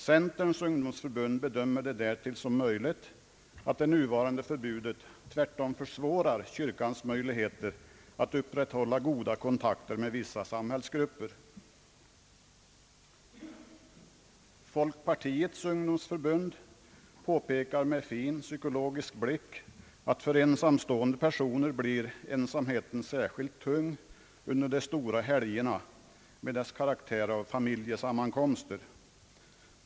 Centerns ungdomsförbund bedömer det därtill som möjligt att det nuvarande förbudet tvärtom försvårar kyrkans möjligheter att upprätthålla goda kontakter med vissa samhällsgrupper. Folkpartiets ungdomsförbund påpekar med fin psykologisk blick, att för ensamstående personer blir ensamheten särskilt tung under de stora helgerna med deras karaktär av familjesammankomster.